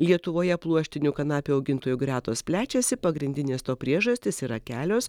lietuvoje pluoštinių kanapių augintojų gretos plečiasi pagrindinės to priežastis yra kelios